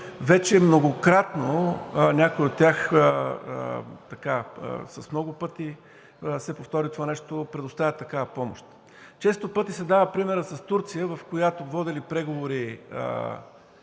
вече многократно някои от тях много пъти се повтори това нещо, предоставят такава помощ. Често пъти се дава примерът с Турция, в която водели преговори